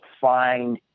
find